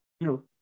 No